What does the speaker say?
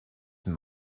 just